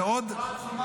אדוני השר, זה יותר מכפול.